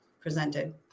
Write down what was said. presented